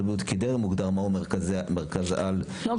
הבריאות כי טרם הוגדר מהו "מרכז על אזורי",